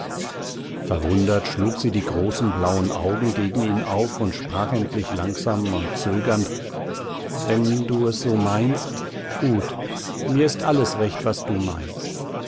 verwundert schlug sie die großen blauen augen gegen ihn auf und sprach endlich langsam und zögernd wenn du es so meinst gut mir ist alles recht was du meinst